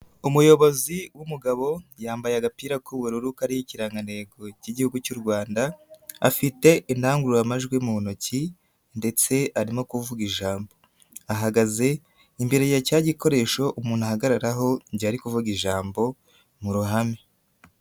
umuyobozi w'umugabo yambaye agapira k'ubururu kari ikirangantego cy'igihugu cy'u rwanda, afite indangururamajwi mu ntoki ndetse arimo kuvuga ijambo, ahagaze imbere ya cya gikoresho umuntu ahagararaho igihe ari kuvuga ijambo mu ruhame.